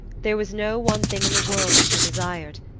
there was no one thing in the world that she desired.